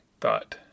thought